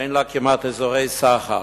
אין לה כמעט אזורי סחר,